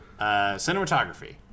Cinematography